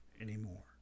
anymore